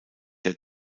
der